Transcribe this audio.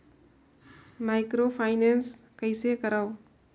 Microfinance कइसे करव?